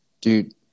Dude